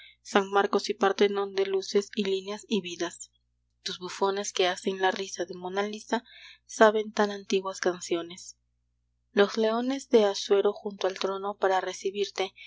san marcos y partenón de luces y líneas y vidas tus bufones que hacen la risa de monna lisa saben tan antiguas canciones los leones de asuero junto al trono para recibirte